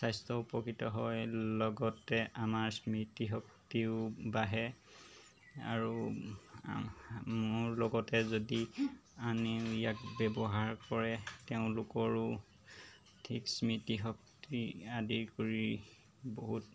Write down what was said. স্বাস্থ্য উপকৃত হয় লগতে আমাৰ স্মৃতিশক্তিও বাঢ়ে আৰু মোৰ লগতে যদি আনি ইয়াক ব্যৱহাৰ কৰে তেওঁলোকৰো ঠিক স্মৃতিশক্তি আদি কৰি বহুত